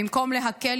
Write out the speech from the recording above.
במקום להקל,